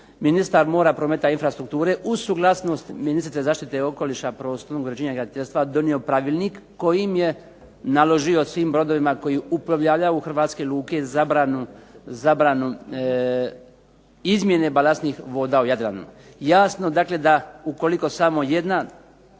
ministar mora, prometa i infrastrukture uz suglasnost ministrice zaštite okoliša, prostornog uređenja i graditeljstva donio pravilnik kojim je naložio svim brodovima koji uplovljavaju u hrvatske luke zabranu izmjene balastnih voda u Jadranu. Jasno, dakle da ukoliko samo jedna